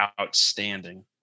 outstanding